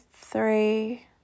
three